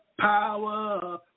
power